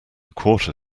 quarter